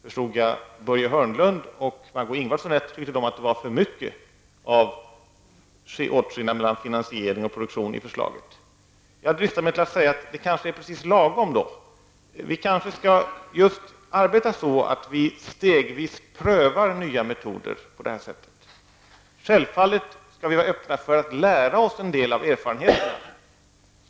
Om jag förstod Börje Hörnlund och Margó Ingvardsson rätt, ansåg de att det var för mycket av åtskillnad mellan finansiering och produktion i förslaget. Jag dristar mig då till att säga att det kanske är precis lagom. Vi kanske just skall arbeta så, att vi stegvis prövar nya metoder på detta sätt. Vi skall självfallet vara öppna för att lära oss en del av erfarenheterna.